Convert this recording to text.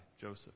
Joseph